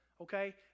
Okay